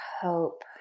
hope